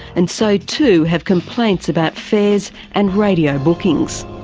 and so too have complaints about fares and radio bookings.